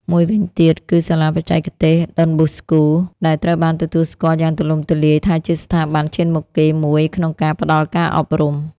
មួយវិញទៀតគឺ សាលាបច្ចេកទេសដុនបូស្កូ ដែលត្រូវបានទទួលស្គាល់យ៉ាងទូលំទូលាយថាជាស្ថាប័នឈានមុខគេមួយក្នុងការផ្តល់ការអប់រំ។